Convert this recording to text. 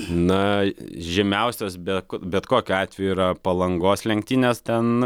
na žymiausios bet bet kokiu atveju yra palangos lenktynės ten